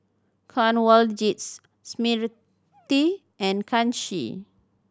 Kanwaljit Smriti and Kanshi